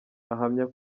ahamya